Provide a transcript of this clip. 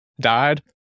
Died